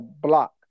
block